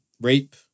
rape